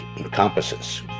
encompasses